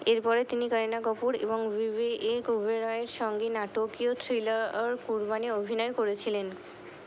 এরপরে তিনি করিনা কপুর এবং বিবেক অবেরয়ের সঙ্গে নাটকীয় থ্রিলর কুর্বণী অভিনয় করেছিলেন